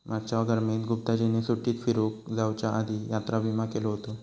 मागच्या गर्मीत गुप्ताजींनी सुट्टीत फिरूक जाउच्या आधी यात्रा विमा केलो हुतो